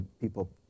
people